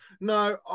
no